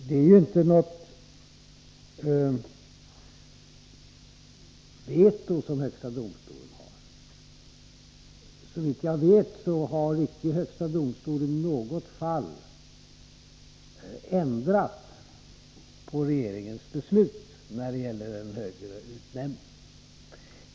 Det är ju inte något veto som högsta domstolen har. Såvitt jag vet har icke högsta domstolen i något fall ändrat på regeringens beslut när det gäller en högre utnämning.